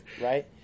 Right